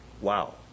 Wow